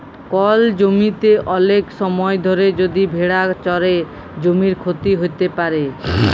call জমিতে ওলেক সময় ধরে যদি ভেড়া চরে জমির ক্ষতি হ্যত প্যারে